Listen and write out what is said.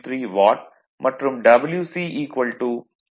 3 watt மற்றும் Wc 950